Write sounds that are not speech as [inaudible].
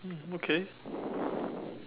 mm okay [breath]